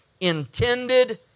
intended